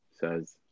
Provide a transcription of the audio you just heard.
says